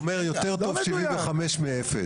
הוא אומר יותר טוב 75% מ0%.